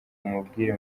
umubwire